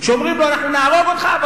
שאומרים לו: אנחנו נהרוג אותך,